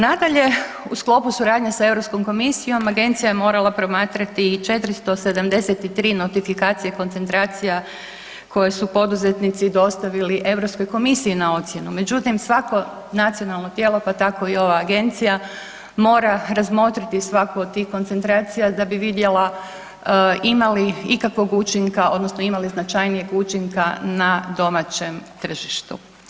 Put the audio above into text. Nadalje, u sklopu suradnje sa Europskom komisijom, agencija je morala promatrati i 473 notifikacije koncentracija koje su poduzetnici dostavili europskoj komisiji na ocjenu međutim svako nacionalno tijelo pa tako i ova agencija, mora razmotriti svaku od tih koncentracija da bi vidjela ima li ikakvog učinka odnosno ima li značajnijeg učinka na domaćem tržištu.